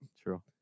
true